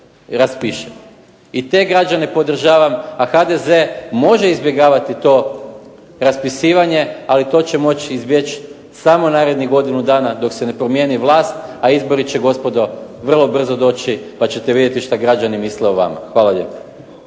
raspiše. I te građane podržavam, a HDZ može izbjegavati to raspisivanje, ali to će moći izbjeći samo narednih godinu dana dok se ne promijeni vlast, a izbori će gospodo vrlo brzo doći pa ćete vidjeti šta građani misle o vama. Hvala lijepo.